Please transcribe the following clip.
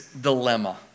dilemma